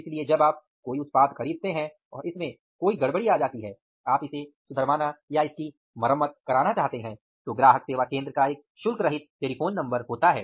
इसलिए जब आप कोई उत्पाद खरीदते हैं और इसमें कोई गड़बड़ी आ जाती है आप इसे सुधरवाना या इसकी मरम्मत कराना चाहते हैं तो ग्राहक सेवा केंद्र का एक शुल्क रहित टेलीफोन नंबर होता है